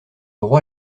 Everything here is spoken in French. roi